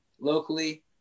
locally